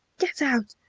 get out!